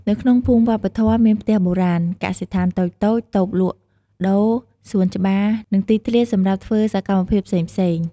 នៅក្នុងភូមិវប្បធម៌មានផ្ទះបុរាណ កសិដ្ឋានតូចៗ តូបលក់ដូរ សួនច្បារ និងទីធ្លាសម្រាប់ធ្វើសកម្មភាពផ្សេងៗ។